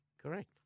correct